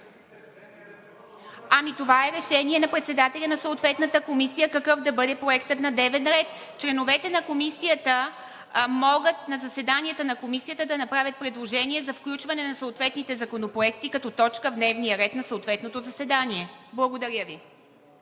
Ами това е решение на председателя на съответната комисия какъв да бъде Проектът на дневен ред. Членовете на Комисията могат на заседанията на Комисията да направят предложение за включване на съответните законопроекти като точка в дневния ред на съответното заседание. Благодаря Ви.